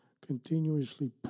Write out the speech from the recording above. continuously